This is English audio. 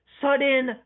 sudden